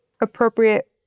appropriate